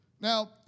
Now